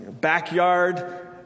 backyard